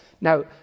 Now